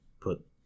put